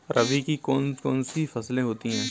रबी की कौन कौन सी फसलें होती हैं?